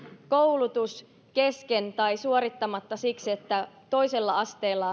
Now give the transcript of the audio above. koulutus kesken tai suorittamatta siksi että toisella asteella